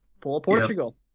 Portugal